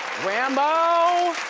rambo!